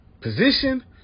position